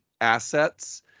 assets